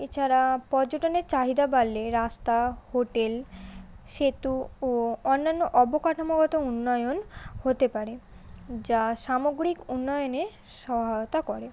এছাড়া পর্যটনের চাহিদা বাড়লে রাস্তা হোটেল সেতু ও অন্যান্য অবকাঠামোগত উন্নয়ন হতে পারে যা সামগ্রিক উন্নয়নে সহয়তা করে